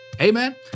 Amen